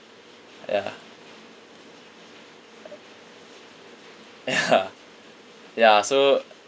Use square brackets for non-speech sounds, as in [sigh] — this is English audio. ya ya [laughs] ya so